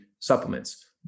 supplements